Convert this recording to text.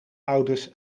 ouders